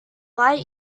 light